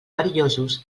perillosos